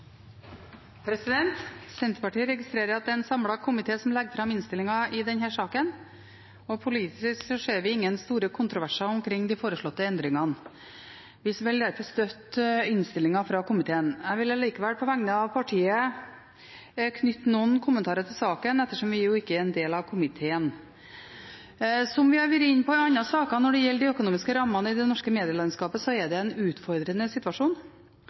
Senterpartiet registrerer at det er en samlet komité som legger fram innstillingen i denne saken, og politisk ser vi ingen store kontroverser omkring de foreslåtte endringene. Vi vil derfor støtte innstillingen fra komiteen. Jeg vil likevel på vegne av partiet knytte noen kommentarer til saken, ettersom vi ikke er en del av komiteen. Som vi har vært inne på i andre saker: Når det gjelder de økonomiske rammene i det norske medielandskapet, er det en utfordrende situasjon.